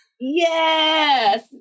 Yes